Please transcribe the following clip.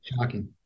shocking